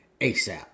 ASAP